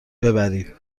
ببرید